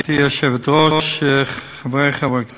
גברתי היושבת-ראש, חברי חברי הכנסת,